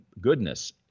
goodness